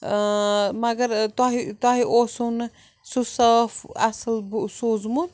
مگر تۄہہِ تۄہہِ اوسو نہٕ سُہ صاف اَصٕل سوٗزمُت